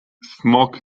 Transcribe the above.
smok